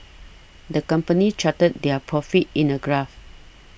the company charted their profits in a graph